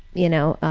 you know.